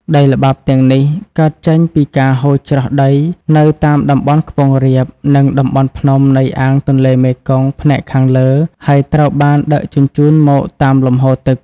ដីល្បាប់ទាំងនេះកើតចេញពីការហូរច្រោះដីនៅតាមតំបន់ខ្ពង់រាប និងតំបន់ភ្នំនៃអាងទន្លេមេគង្គផ្នែកខាងលើ ហើយត្រូវបានដឹកជញ្ជូនមកតាមលំហូរទឹក។